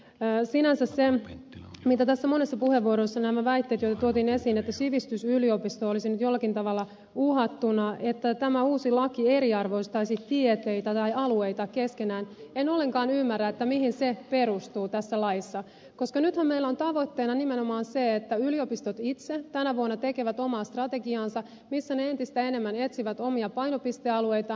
sinänsä kun täällä monessa puheenvuoroissa tuotiin esiin nämä väitteet että sivistysyliopisto olisi nyt jollakin tavalla uhattuna että tämä uusi laki eriarvoistaisi tieteitä tai alueita keskenään niin en ollenkaan ymmärrä mihin ne perustuvat tässä laissa koska nythän meillä on tavoitteena nimenomaan se että yliopistot itse tänä vuonna tekevät omaa strategiaansa missä ne entistä enemmän etsivät omia painopistealueitaan